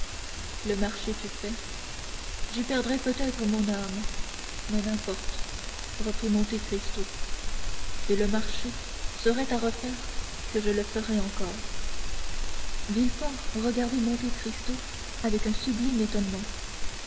le marché fut fait j'y perdrai peut-être mon âme mais n'importe reprit monte cristo et le marché serait à refaire que je le ferais encore villefort regardait monte cristo avec un sublime étonnement